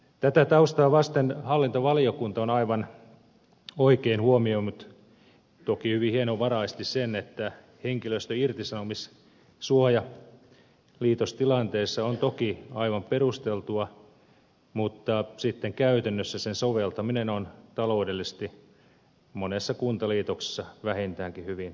tätä taustaa vasten hallintovaliokunta on aivan oikein huomioinut toki hyvin hienovaraisesti sen että henkilöstön irtisanomissuoja liitostilanteessa on toki aivan perusteltua mutta sitten käytännössä sen soveltaminen on taloudellisesti monessa kuntaliitoksessa vähintäänkin hyvin haasteellista